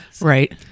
Right